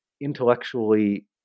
intellectually